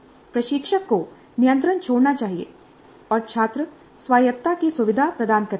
प्रशिक्षक को नियंत्रण छोड़ना चाहिए और छात्र स्वायत्तता की सुविधा प्रदान करनी चाहिए